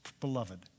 beloved